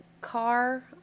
car